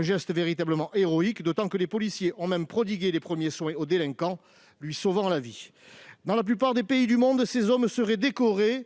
geste véritablement héroïque, d'autant que les policiers ont même prodigué les premiers soins au délinquant, lui sauvant la vie ! Dans la plupart des pays du monde, ces hommes seraient décorés